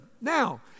Now